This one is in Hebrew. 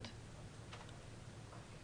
העסקי עומד גם בראש הגוף הגדול ביותר,